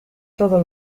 todo